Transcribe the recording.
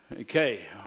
Okay